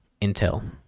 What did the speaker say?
Intel